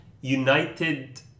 United